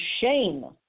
shame